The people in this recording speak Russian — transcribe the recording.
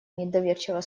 недоверчиво